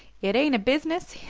it ain't a business?